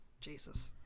jesus